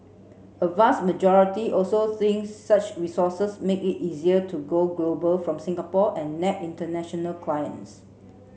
a vast majority also thinks such resources make it easier to go global from Singapore and nab international clients